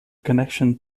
connection